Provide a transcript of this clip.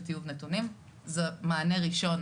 זה מענה ראשון,